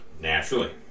Naturally